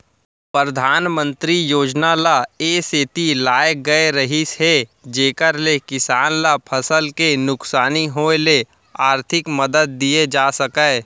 परधानमंतरी योजना ल ए सेती लाए गए रहिस हे जेकर ले किसान ल फसल के नुकसानी होय ले आरथिक मदद दिये जा सकय